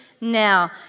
now